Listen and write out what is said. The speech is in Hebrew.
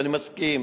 ואני מסכים: